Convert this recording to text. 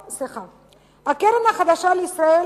הקרן החדשה לישראל,